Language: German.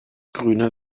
grüne